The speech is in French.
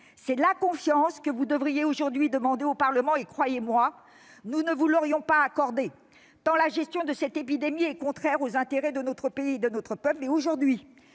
C'est la confiance que vous devriez aujourd'hui demander au Parlement et, croyez-moi, nous ne vous l'aurions pas accordée tant la gestion de cette épidémie est contraire aux intérêts de notre pays, de notre peuple.